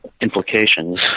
implications